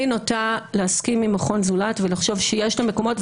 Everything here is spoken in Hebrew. אני נוטה להסכים עם מכון "זולת" ולחשוב שיש מקומות,